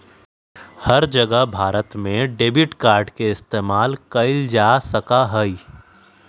हर जगह भारत में debit card के इस्तेमाल कइल जा सका हई